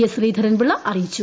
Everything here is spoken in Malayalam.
എസ് ശ്രീധരൻ പിള്ള അറിയിച്ചു